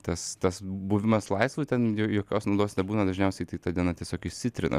tas tas buvimas laisvu ten jo jokios naudos nebūna dažniausiai tai ta diena tiesiog išsitrina